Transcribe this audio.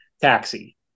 Taxi